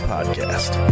Podcast